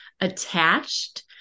Attached